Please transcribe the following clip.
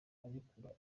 arekura